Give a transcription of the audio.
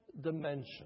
dimension